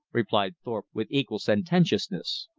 replied thorpe with equal sententiousness.